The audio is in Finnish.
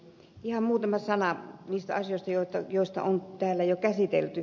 ihan muutama sana niistä asioista joita on täällä jo käsitelty